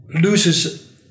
loses